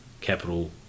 capital